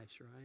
right